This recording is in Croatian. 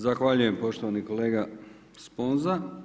Zahvaljujem poštovani kolega Sponza.